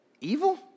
Evil